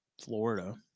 Florida